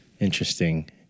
Interesting